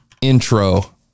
intro